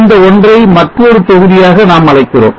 இந்த ஒன்றை மற்றொரு தொகுதியாக நாம் அழைக்கிறோம்